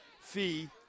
Fee